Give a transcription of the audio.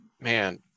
man